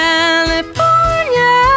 California